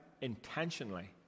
intentionally